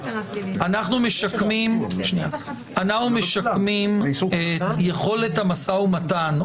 אנחנו משקמים את יכולת המשא ומתן,